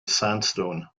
sandstone